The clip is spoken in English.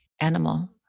Animal